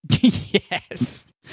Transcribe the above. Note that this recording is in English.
Yes